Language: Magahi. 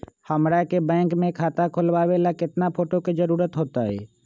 हमरा के बैंक में खाता खोलबाबे ला केतना फोटो के जरूरत होतई?